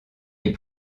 est